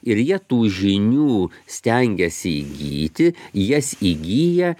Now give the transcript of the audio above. ir jie tų žinių stengiasi įgyti jas įgyja